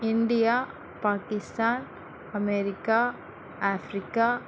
India Pakistan America Africa